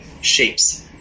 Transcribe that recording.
shapes